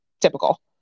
typical